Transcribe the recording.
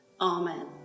Amen